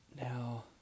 Now